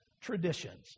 traditions